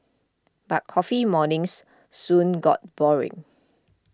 but coffee mornings soon got boring